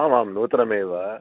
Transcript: आम् आम् नूतन मेव